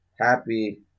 happy